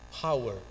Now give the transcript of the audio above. power